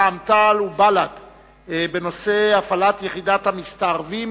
רע"ם-תע"ל ובל"ד בנושא: הפעלת יחידת המסתערבים